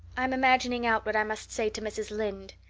i'm imagining out what i must say to mrs. lynde,